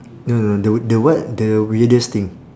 no no the the what the weirdest thing